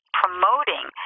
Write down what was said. promoting